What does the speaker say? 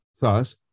Thus